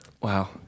Wow